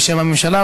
בשם הממשלה,